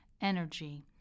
energy